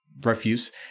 refuse